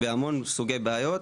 בהמון סוגי בעיות,